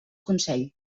consell